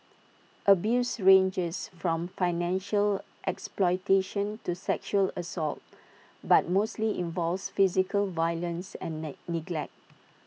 abuse ranges from financial exploitation to sexual assault but mostly involves physical violence and net neglect